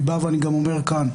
אני בא וגם אומר כאן: